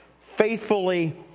faithfully